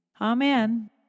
amen